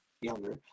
younger